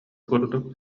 курдук